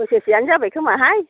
बोसोरसेआनो जाबाय खोमाहाय